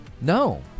No